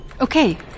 Okay